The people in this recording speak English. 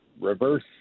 reverse